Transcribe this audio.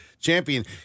champion